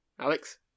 Alex